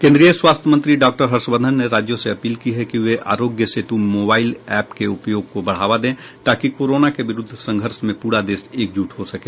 केंद्रीय स्वास्थ्य मंत्री डॉक्टर हर्षवर्धन ने राज्यों से अपील की है कि वे आरोग्य सेतु मोबाइल ऐप के उपयोग को बढ़ावा दे ताकि कोरोना के विरूद्व संघर्ष में प्ररा देश एकजुट हो सके